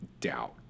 Doubt